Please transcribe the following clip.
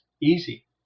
easy